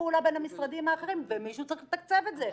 פעולה בין המשרדים האחרים ומישהו צריך לתקצב את זה.